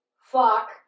fuck